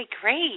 great